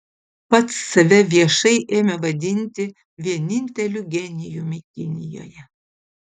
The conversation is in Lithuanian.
pats save viešai ėmė vadinti vieninteliu genijumi kinijoje